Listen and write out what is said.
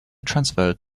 transferred